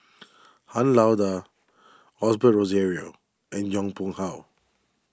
Han Lao Da Osbert Rozario and Yong Pung How